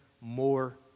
more